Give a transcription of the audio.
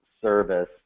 service